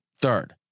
Third